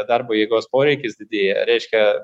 darbo jėgos poreikis didėja reiškia